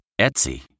Etsy